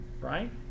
right